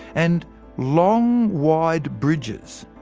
and long, wide bridges,